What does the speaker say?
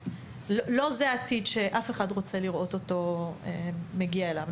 זה לא העתיד שאף אחד רוצה לראות אותו מגיע אליו,